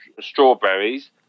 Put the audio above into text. strawberries